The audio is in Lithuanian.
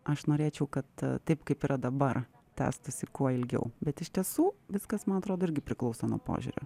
aš norėčiau kad taip kaip yra dabar tęstųsi kuo ilgiau bet iš tiesų viskas man atrodo irgi priklauso nuo požiūrio